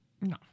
No